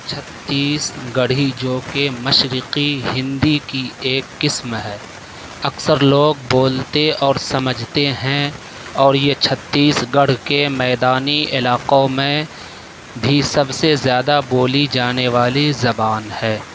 چھتیس گڑھی جو کہ مشرقی ہندی کی ایک قسم ہے اکثر لوگ بولتے اور سمجھتے ہیں اور یہ چھتیس گڑھ کے میدانی علاقوں میں بھی سب سے زیادہ بولی جانے والی زبان ہے